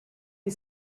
les